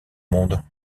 monde